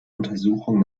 untersuchung